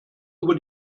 über